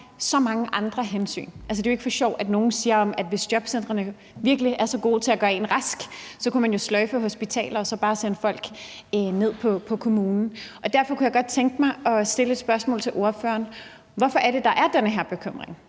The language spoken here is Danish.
så mange andre hensyn. Altså, det er jo ikke for sjov, at nogle siger, at hvis jobcentrene virkelig er så gode til at gøre en rask, kunne man sløjfe hospitalerne og så bare sende folk ned på kommunen. Derfor kunne jeg godt tænke mig at stille et spørgsmål til ordføreren: Hvorfor er der den her bekymring?